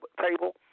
table